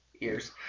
Ears